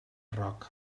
roca